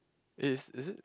is is it